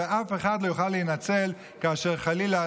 ואף אחד לא יוכל להינצל כאשר חלילה